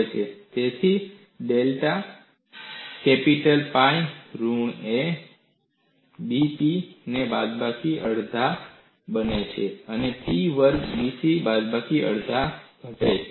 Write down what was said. તેથી delta capital pi ઋણ એક દુત્યાઉંસ pdc જે બાદબાકી ના અડધા બને છે જે p વર્ગ dCના બાદબાકી અડધા સુધી ઘટાડે છે